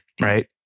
right